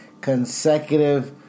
consecutive